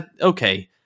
okay